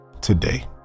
today